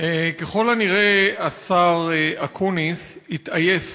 ככל הנראה השר אקוניס התעייף